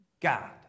God